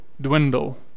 dwindle